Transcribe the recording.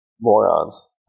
morons